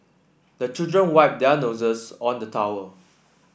the children wipe their noses on the towel